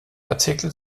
artikel